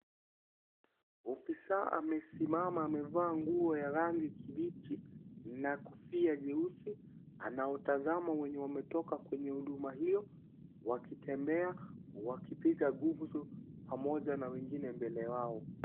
Ofisa amesimama amevaa nguo ya rangi kibichi na kofia jeusi anawatazama wenye wametoka kwenye huduma hiyo wakitembea wakipiga gumzo pamoja na wengine mbele yao.